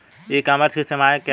ई commerce की सीमाएं क्या हैं?